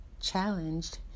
challenged